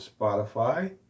Spotify